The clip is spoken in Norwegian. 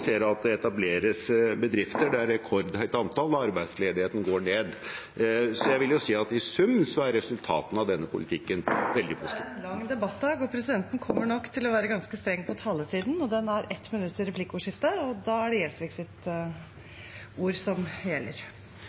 ser at det etableres bedrifter – det er et rekordhøyt antall – og at arbeidsledigheten går ned. I sum er resultatene av denne politikken veldig god. Taletiden er ute – dette er en lang debattdag. Presidenten kommer nok til å være ganske streng på taletiden, og den er 1 minutt til replikkordskiftet. Da er det Gjelsviks ord som gjelder.